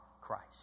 Christ